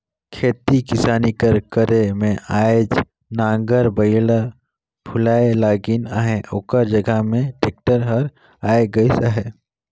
खेती किसानी कर करे में आएज नांगर बइला भुलाए लगिन अहें ओकर जगहा में टेक्टर हर आए गइस अहे